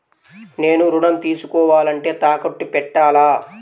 నేను ఋణం తీసుకోవాలంటే తాకట్టు పెట్టాలా?